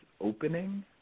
opening